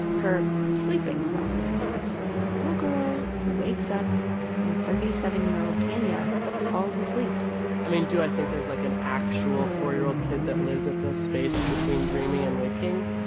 her sleeping self, a little girl who wakes up when thirty seven year old tanya falls asleep i mean, do i think there's, like, an actual four year old kid that lives at the space between dreaming and waking?